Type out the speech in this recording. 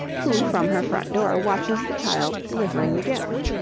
who from her front door watches the child delivering the gift.